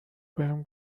بهم